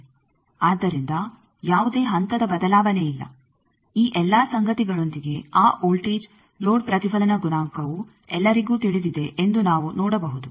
ಆದ್ದರಿಂದ ಯಾವುದೇ ಹಂತದ ಬದಲಾವಣೆಯಿಲ್ಲ ಈ ಎಲ್ಲಾ ಸಂಗತಿಗಳೊಂದಿಗೆ ಆ ವೋಲ್ಟೇಜ್ ಲೋಡ್ ಪ್ರತಿಫಲನ ಗುಣಾಂಕವು ಎಲ್ಲರಿಗೂ ತಿಳಿದಿದೆ ಎಂದು ನಾವು ನೋಡಬಹುದು